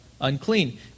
unclean